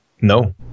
No